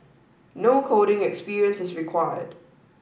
no coding experience is required